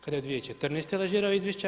Kada je 2014. lažirao izvješća?